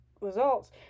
results